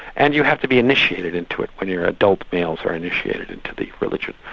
and you have to be initiated into it when you're adult, males are initiated into the religion.